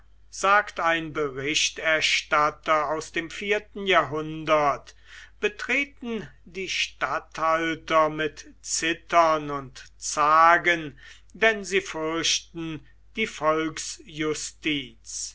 sagt ein berichterstatter aus dem vierten jahrhundert betreten die statthalter mit zittern und zagen denn sie fürchten die